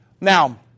Now